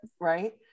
right